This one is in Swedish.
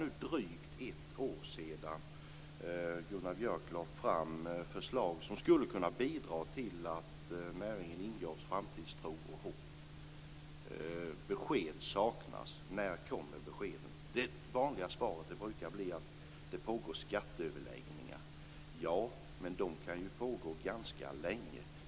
Det är nu drygt ett år sedan Gunnar Björk lade fram förslag som skulle kunna bidra till att näringen ingavs framtidstro och hopp. Besked saknas. När kommer beskeden? Det vanliga svaret brukar vara att det pågår skatteöverläggningar. Ja, men de kan pågå ganska länge.